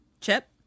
Chip